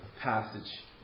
passage